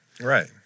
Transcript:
Right